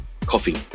coffee